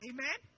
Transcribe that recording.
Amen